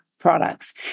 products